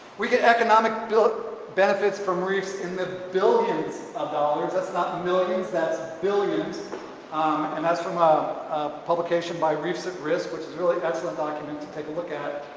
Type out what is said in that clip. we get economic built benefits from reefs in the billions of dollars that's not millions, that's billions and that's from a publication by reefs at risk. which is really excellent document to take a look at